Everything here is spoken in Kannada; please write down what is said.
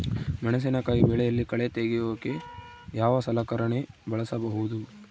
ಮೆಣಸಿನಕಾಯಿ ಬೆಳೆಯಲ್ಲಿ ಕಳೆ ತೆಗಿಯೋಕೆ ಯಾವ ಸಲಕರಣೆ ಬಳಸಬಹುದು?